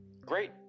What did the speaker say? Great